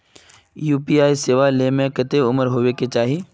UPI सेवा ले में कते उम्र होबे के चाहिए?